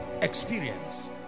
experience